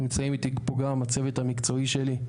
נמצאים איתי פה גם הצוות המקצועי שלי,